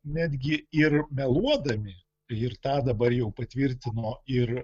netgi ir meluodami ir tą dabar jau patvirtino ir